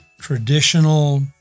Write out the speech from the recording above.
traditional